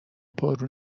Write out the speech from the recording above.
پررو